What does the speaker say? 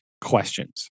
questions